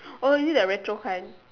oh is it the retro kind